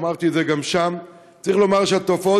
אמרתי את זה גם שם: צריך לומר שהתופעות